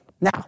Now